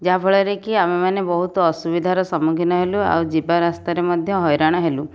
ଯାହାଫଳରେ କି ଆମେ ମାନେ ବହୁତ ଅସୁବିଧାରେ ସମ୍ମୁଖୀନ ହେଲୁ ଆଉ ଯିବା ରାସ୍ତାରେ ମଧ୍ୟ ହଇରାଣ ହେଲୁ